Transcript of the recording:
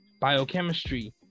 Biochemistry